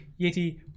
yeti